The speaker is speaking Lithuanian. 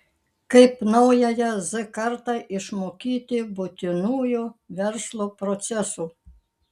kaip naująją z kartą išmokyti būtinųjų verslo procesų